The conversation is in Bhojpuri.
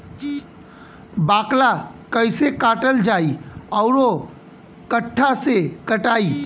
बाकला कईसे काटल जाई औरो कट्ठा से कटाई?